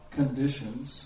conditions